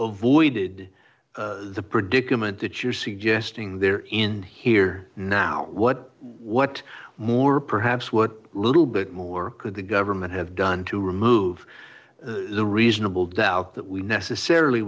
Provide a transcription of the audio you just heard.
avoided the predicament that you're suggesting they're in here now what what more perhaps what little bit more could the government have done to remove the reasonable doubt that we necessarily